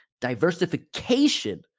Diversification